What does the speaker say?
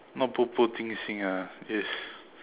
not 步步惊心 ah is